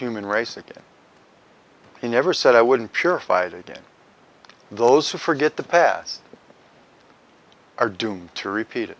human race again he never said i wouldn't purified again those who forget the past are doomed to repeat it